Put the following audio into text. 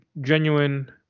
genuine